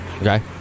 Okay